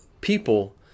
people